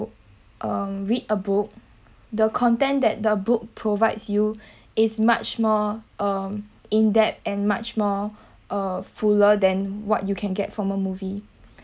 um read a book the content that the book provides you is much more um in depth and much more uh fuller than what you can get from a movie